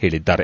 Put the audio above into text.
ಹೇಳಿದ್ದಾರೆ